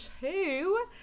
two